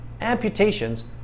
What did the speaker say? amputations